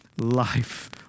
life